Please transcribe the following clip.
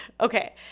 Okay